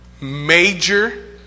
major